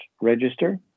Register